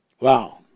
Wow